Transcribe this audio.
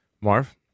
Marv